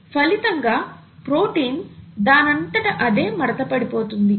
ఫలితంగా ప్రోటీన్ దానంతట అదే మడతపడిపోతుంది